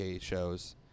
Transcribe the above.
shows